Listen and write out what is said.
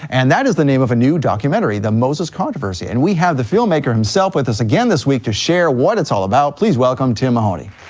and that is the name of a new documentary, the moses controversy, and we have the filmmaker himself with us again this week to share what it's all about, please welcome tim mahoney.